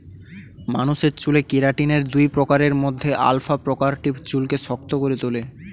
মানুষের চুলে কেরাটিনের দুই প্রকারের মধ্যে আলফা প্রকারটি চুলকে শক্ত করে তোলে